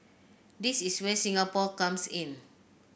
this is where Singapore comes in